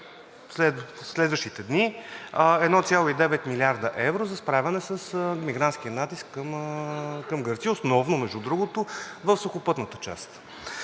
в следващите дни 1,9 млрд. евро за справяне с мигрантския натиск към Гърция, основно между другото в сухопътната част.